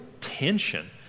tension